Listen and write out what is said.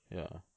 ya